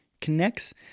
connects